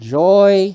joy